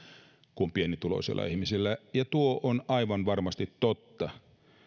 kuin pienituloisilla ihmisillä ja tuo on aivan varmasti totta